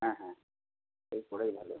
হ্যাঁ হ্যাঁ সেই করাই ভালো